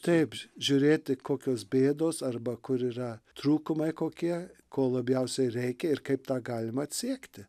taip žiūrėti kokios bėdos arba kur yra trūkumai kokie ko labiausiai reikia ir kaip tą galima atsiekti